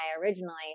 originally